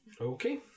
Okay